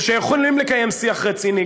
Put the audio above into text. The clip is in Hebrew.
ושיכולים לקיים שיח רציני,